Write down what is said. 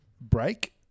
break